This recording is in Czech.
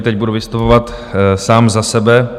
Teď budu vystupovat sám za sebe.